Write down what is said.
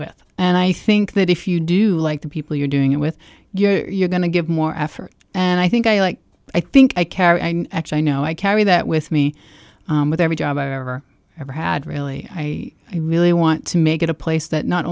with and i think that if you do like the people you're doing it with you're going to give more effort and i think i like i think i care i know i carry that with me with every job i've ever ever had really i really want to make it a place that not